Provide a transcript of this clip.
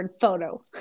photo